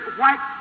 white